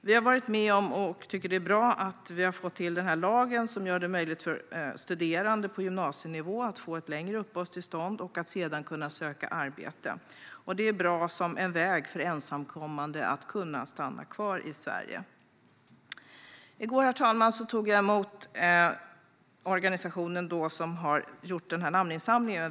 Vi har varit med om och tycker att det är bra att vi har fått till lagen som gör det möjligt för studerande på gymnasienivå att få längre uppehållstillstånd och att sedan kunna söka arbete. Det är en bra väg för ensamkommande att kunna stanna kvar i Sverige. Herr talman! I går tog jag emot organisationen Vi står inte ut som har gjort den här namninsamlingen.